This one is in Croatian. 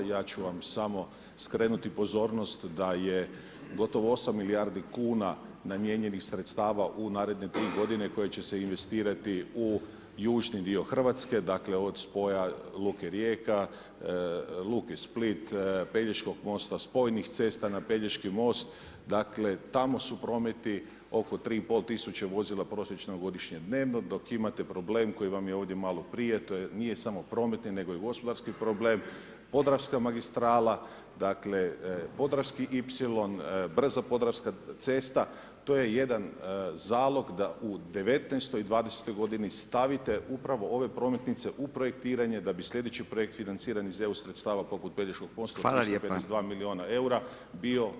Ja ću vam samo skrenuti pozornost da je gotovo 8 milijardi kuna namijenjenih sredstava u naredne 3 godine koje će se investirati u južni dio Hrvatske dakle od spoja luke Rijeka, luke Split, Pelješkog mosta, spojnih cesta na Pelješki most, dakle tamo su prometi oko 3,5 tisuće vozila prosječno godišnje dnevno dok imate problem koji vam je ovdje malo prije, to je, nije samo prometni nego i gospodarski problem Podravska magistrala, dakle podravski Y, brza podravska cesta, to je jedan zalog da u '19.-toj i '20-oj godini stavite upravo ove prometnice u projektiranje da bi sljedeći projekt financiran iz EU sredstava poput Pelješkog mosta ... [[Upadica Radin: Hvala lijepa.]] milijuna eura bio